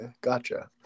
gotcha